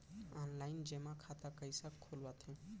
Online जेमा खाता कइसे खोलवाथे?